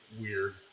weird